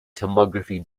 tomography